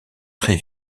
très